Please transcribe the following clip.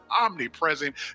omnipresent